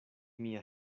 mia